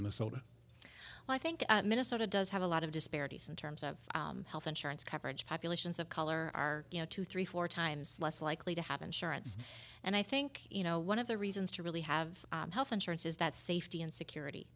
minnesota well i think minnesota does have a lot of disparities in terms of health insurance coverage populations of color are you know two three four times less likely to have insurance and i think you know one of the reasons to really have health insurance is that safety and security